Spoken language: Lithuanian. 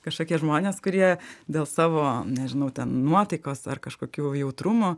kažkokie žmonės kurie dėl savo nežinau ten nuotaikos ar kažkokių jautrumų